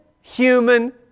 human